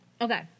Okay